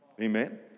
Amen